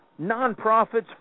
nonprofits